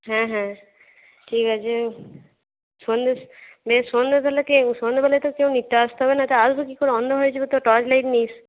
হ্যাঁ হ্যাঁ ঠিক আছে সন্ধে বেশ সন্ধে তাহলে কেউ সন্ধেবেলায় তো কেউ নিতে আসতে হবে না তা আসব কী করে অন্ধকার হয়ে যাবে তো টর্চ লাইট নিস